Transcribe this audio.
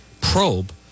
probe